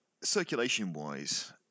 Circulation-wise